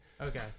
okay